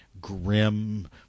grim